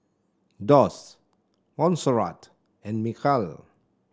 Doss Monserrat and Michal